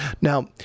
Now